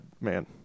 man